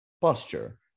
posture